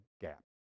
gap